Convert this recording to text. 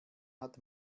hat